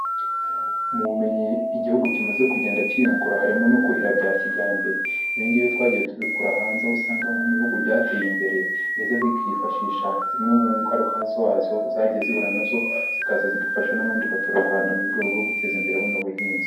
Mu bumenyi igihugu kimaze kugenda cyiyungura harimo no kuhira bya kijyambere, ibi ngibi twagiye tubikura hanze, aho usanga nko mu bihugu byateye imbere, biza bikifashisha zimwe mu ngaruka zazo zagiye zihura nazo, zikaza zigafasha n'abandi baturarwanda mu rwego rwo guteza imbere buno buhinzi.